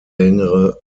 längere